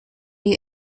you